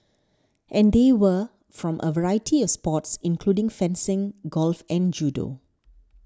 and they were from a variety of sports including fencing golf and judo